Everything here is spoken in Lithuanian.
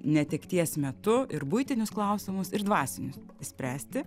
netekties metu ir buitinius klausimus ir dvasinius išspręsti